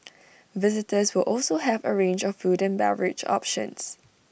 visitors will also have A range of food and beverage options